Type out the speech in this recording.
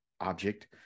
object